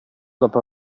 dopo